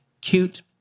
cute